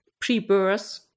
pre-birth